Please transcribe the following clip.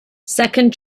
second